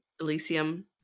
Elysium